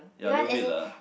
ya little bit lah